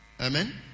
Amen